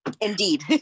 Indeed